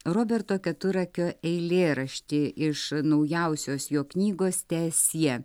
roberto keturakio eilėraštį iš naujausios jo knygos teesie